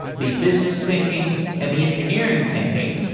the business thinking, and the engineering thinking,